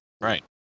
Right